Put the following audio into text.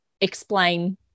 explain